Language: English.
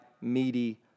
meaty